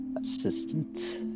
assistant